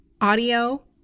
audio